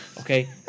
Okay